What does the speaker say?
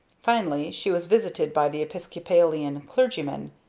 finally she was visited by the episcopalian clergyman.